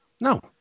No